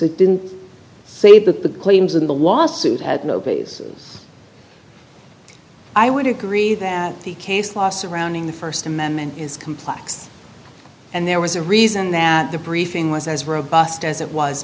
it didn't say that the claims in the lawsuit had no basis i would agree that the case law surrounding the st amendment is complex and there was a reason that the briefing was as robust as it was